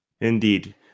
Indeed